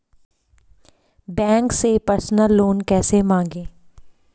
Bank से personal loan कैसे मांगें?